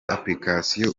applications